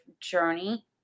journey